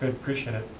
appreciate it.